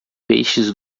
peixes